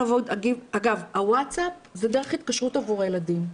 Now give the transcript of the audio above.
אגב, הווטאסאפ זו דרך התקשרות עבור הילדים.